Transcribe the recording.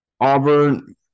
Auburn